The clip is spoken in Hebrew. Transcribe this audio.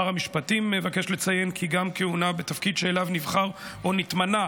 שר המשפטים מבקש לציין כי גם כהונה בתפקיד שאליו נבחר או נתמנה